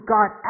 God